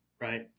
right